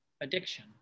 addiction